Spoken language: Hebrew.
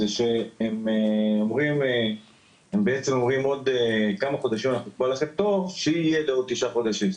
שהם בעצם אומרים עוד כמה חודשים נקבע לכם תור שיהיה לעוד תשעה חודשים,